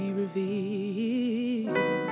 revealed